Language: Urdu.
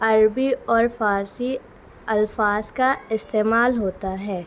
عربی اور فارسی الفاظ کا استعمال ہوتا ہے